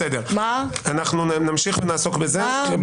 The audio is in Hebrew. נמשיך ונעסוק בזה.